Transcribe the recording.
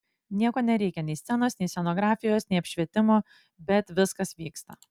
nieko nereikia nei scenos nei scenografijos nei apšvietimo bet viskas vyksta